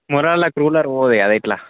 మూలలకు ruler పోదు కదా ఇట్లా